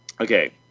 Okay